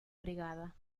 brigada